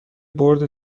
برد